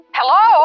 Hello